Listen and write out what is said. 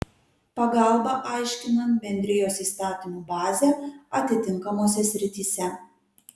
pagalbą aiškinant bendrijos įstatymų bazę atitinkamose srityse